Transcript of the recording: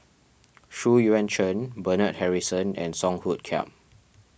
Xu Yuan Zhen Bernard Harrison and Song Hoot Kiam